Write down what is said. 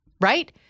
Right